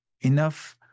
enough